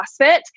CrossFit